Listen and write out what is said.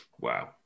Wow